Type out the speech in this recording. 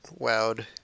wowed